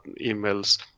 emails